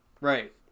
right